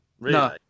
No